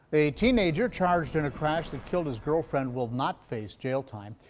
a teenager charged in a crash that killed his girlfriend will not face jail time.